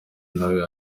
ntawe